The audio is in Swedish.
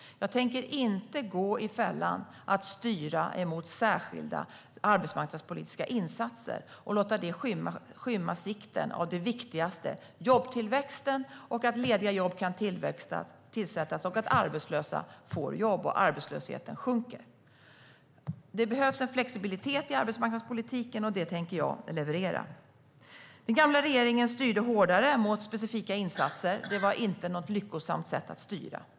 Jag tänker inte gå i fällan att styra mot särskilda arbetsmarknadspolitiska insatser och låta det skymma sikten för det viktigaste, nämligen jobbtillväxten och att lediga jobb kan tillsättas, att arbetslösa får jobb och att arbetslösheten sjunker. Det behövs en flexibilitet i arbetsmarknadspolitiken, och det tänker jag leverera. Den gamla regeringen styrde hårdare mot specifika insatser. Det var inte något lyckosamt sätt att styra.